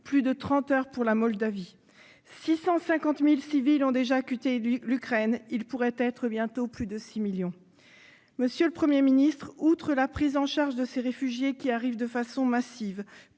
plus de trente heures pour la Moldavie. Alors que 650 000 civils ont déjà quitté l'Ukraine, ils pourraient être bientôt plus de six millions. Monsieur le Premier ministre, en plus de prendre en charge ces réfugiés qui arrivent de façon massive,